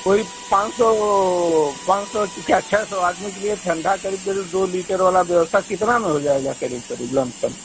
वही पाँच सौ पाँच सौ कि क्या छः सौ आदमी के लिए ठंडा करीब करीब दो लीटर वाला व्यवस्था कितना में हो जाएगा करीब करीब लमसम